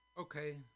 Okay